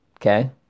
okay